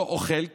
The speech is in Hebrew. לא אוכל כלום,